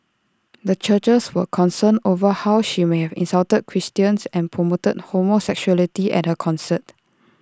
the churches were concerned over how she may have insulted Christians and promoted homosexuality at her concert